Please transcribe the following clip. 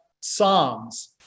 Psalms